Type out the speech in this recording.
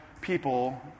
people